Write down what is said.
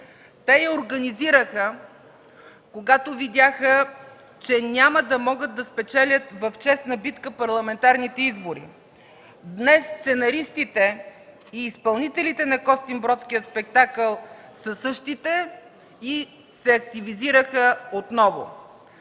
Те я организираха, когато видяха, че няма да могат да спечелят в честна битка парламентарните избори. Днес сценаристите и изпълнителите на Констинбродския спектакъл са същите и се активизираха отново.